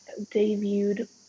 debuted